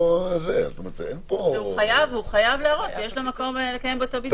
הוא חייב להראות שיש לו מקום לקיים בו את הבידוד.